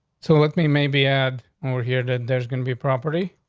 so with me, maybe add we're here that there's gonna be property.